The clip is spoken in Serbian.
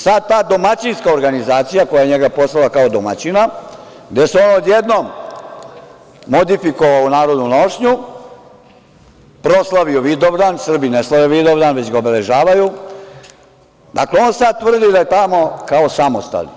Sad ta domaćinska organizacija, koja je njega poslala kao domaćina, gde se on odjednom modifikovao u narodnu nošnju, proslavio Vidovdan, Srbi ne slave Vidovdan, već ga obeležavaju, dakle, on sad tvrdi da je tamo kao samostalni.